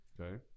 Okay